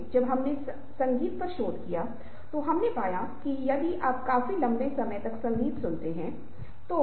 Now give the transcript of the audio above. तो मेमोरी अधिक समृद्ध हो जाती है और याद रखना आसान होता है जब आप किसी ऐसे व्यक्ति से फोन पर बातचीत कर रहे होते हैं जो नहीं होता है